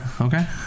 Okay